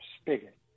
spigot